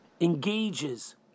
engages